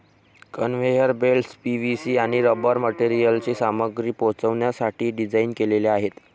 conveyor belts PVC आणि rubber मटेरियलची सामग्री पोहोचवण्यासाठी डिझाइन केलेले आहेत